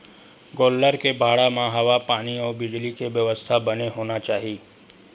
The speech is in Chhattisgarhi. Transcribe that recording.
गोल्लर के बाड़ा म हवा पानी अउ बिजली के बेवस्था बने होना चाही